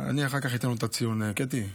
אני אחר כך אתן לו את הציון, קטי.